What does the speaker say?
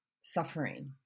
suffering